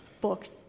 book